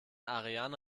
ariane